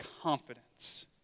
confidence